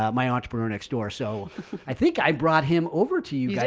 um my entrepreneur next door. so i think i brought him over to you, yeah